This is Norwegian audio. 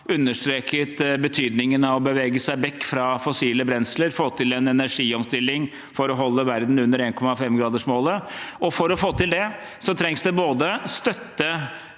understreket betydningen av å bevege seg vekk fra fossile brensler og få til en energiomstilling for å holde verden under 1,5-gradersmålet. For å få til det trengs det både støtte,